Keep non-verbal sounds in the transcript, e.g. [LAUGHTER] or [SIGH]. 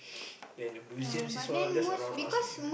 [NOISE] then the museums is all just around us only right